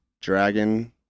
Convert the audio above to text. Dragon